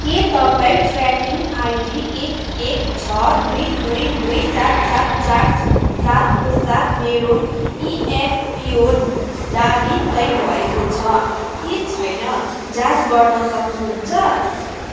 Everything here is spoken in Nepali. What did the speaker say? के तपाईँँ ट्र्याकिङ आइडी एक एक छ दुई दुई दुई सात सात चार सात को साथ मेरो इएफपिओ दावी तय भएको छ कि छैन जाँच गर्न सक्नुहुन्छ